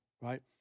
right